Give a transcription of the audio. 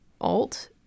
alt